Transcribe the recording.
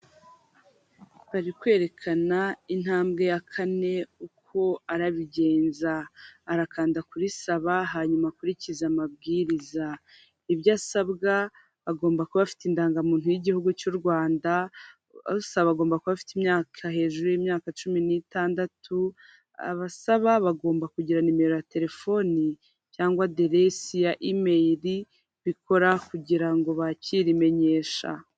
Bari kwerekana intambwe ya kane uko arabigenza. Arakanda kuri risaba hanyuma akurikize amabwiriza. Ibyo asabwa agomba kuba afite indangamuntu y'igihugu cy'u Rwanda, usaba agomba kuba afite imyaka hejuru y'imyaka cumi n'itandatu. Abasaba bagomba kugira numero ya telefoni cyangwa aderesi ya email bikora kugira ngo bakire imenyesha.